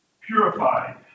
Purified